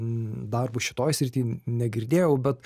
darbus šitoj srity negirdėjau bet